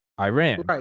Iran